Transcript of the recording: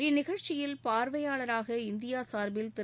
இந்நிகழ்ச்சியில் பார்வையாளராக இந்தியா சார்பில் திரு